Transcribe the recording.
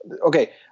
Okay